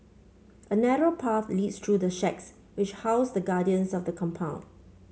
a narrow path leads through the shacks which house the guardians of the compound